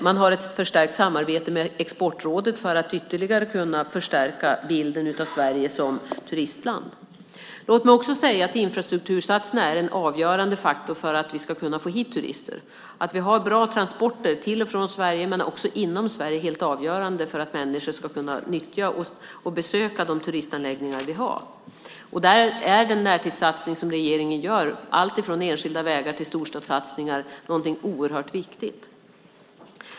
Man har ett förstärkt samarbete med Exportrådet för att ytterligare kunna förstärka bilden av Sverige som turistland. Låt mig också säga att infrastruktursatsningar är en avgörande faktor för att vi ska kunna få hit turister. Att vi har bra transporter till och från Sverige och också inom Sverige är helt avgörande för att människor ska kunna nyttja och besöka de turistanläggningar vi har. Där är den närtidssatsning som regeringen gör, alltifrån enskilda vägar till storstadssatsningar, något oerhört viktigt.